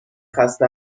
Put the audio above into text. خسته